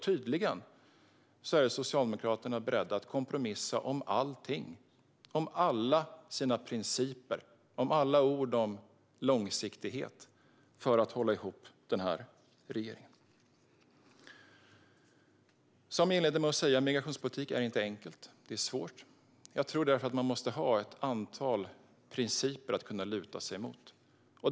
Tydligen är Socialdemokraterna beredda att kompromissa om allting - alla sina principer och alla ord om långsiktighet - för att hålla ihop regeringen. Som jag inledde med att säga är migrationspolitik inte enkelt - det är svårt. Jag tror därför att man måste ha ett antal principer att luta sig emot.